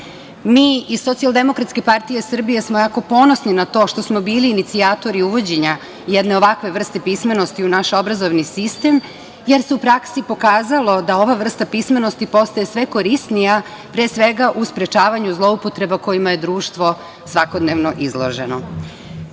školama. Mi iz SDPS smo jako ponosni na to što smo bili inicijatori uvođenja jedne ovakve vrste pismenosti u naš obrazovni sistem, jer se u praksi pokazalo da ova vrsta pismenosti postaje sve korisnija, pre svega u sprečavanju zloupotreba kojima je društvo svakodnevno izloženo. Složićete